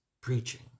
preaching